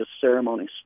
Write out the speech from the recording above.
ceremonies